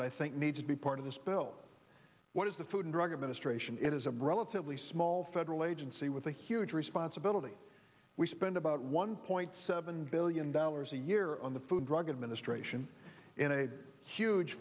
that i think needs to be part of this bill what is the food and drug administration it is a relatively small federal agency with a huge responsibility we spend about one point seven billion dollars a year on the food drug administration in a huge